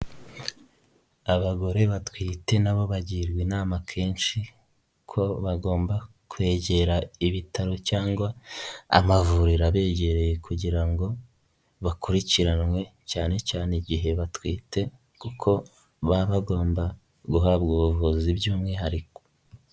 Abagore batwite n'abo bagirwa inama kenshi ko bagomba kwegera ibitaro, cyangwa amavuriro abegereye kugira ngo bakurikiranwe cyane cyane igihe batwite, kuko baba bagomba guhabwa ubuvuzi by'umwihariko.